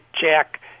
Jack